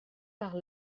par